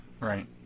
Right